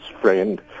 friend